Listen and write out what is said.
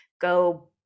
Go